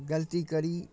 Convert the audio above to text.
गलती करी